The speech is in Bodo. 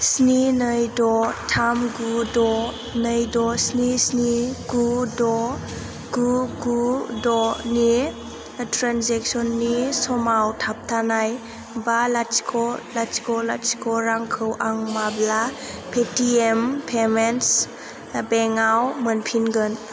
स्नि नै द' थाम गु द' नै द' स्नि स्नि गु द' गु गु द' नि ट्रेन्जेक्सननि समाव थाबथानाय बा लाथिख' लाथिख' लाथिख' रांखौ आं माब्ला पेटिएम पेमेन्टस बेंकआव मोनफिनगोन